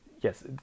yes